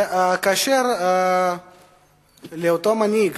וכאשר אצל אותו מנהיג